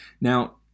Now